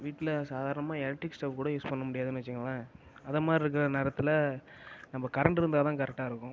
வீட்டில் சாதாரணமாக electric stove கூட யூஸ் பண்ண முடியாதுன்னு வச்சிக்கங்களேன் அது மாதிரி இருக்கிற நேரத்தில் நம்ம கரண்ட்டு இருந்தால் தான் கரெக்டாக இருக்கும்